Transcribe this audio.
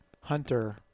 Hunter